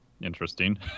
Interesting